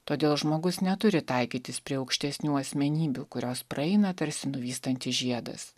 todėl žmogus neturi taikytis prie aukštesnių asmenybių kurios praeina tarsi nuvystantis žiedas